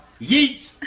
yeet